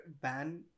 ban